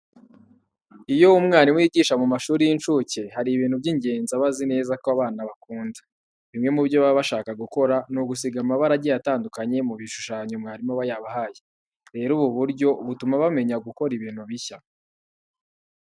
Iyo umwarimu yigisha mu mashuri y'incuke, hari ibintu by'ingenzi aba azi neza ko abo bana bakunda. Bimwe mu byo baba bashaka gukora ni ugusiga amabara agiye atandukanye mu bishushanyo mwarimu aba yabahaye. Rero ubu buryo butuma bamenya gukora ibintu bishya.